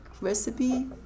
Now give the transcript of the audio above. recipe